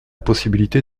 possibilité